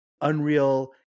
unreal